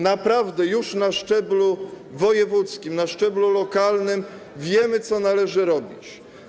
Naprawdę, już na szczeblu wojewódzkim, na szczeblu lokalnym wiemy, co należy robić.